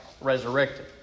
resurrected